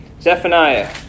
Zephaniah